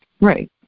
Right